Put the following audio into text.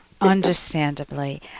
Understandably